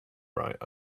right